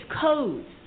codes